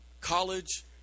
college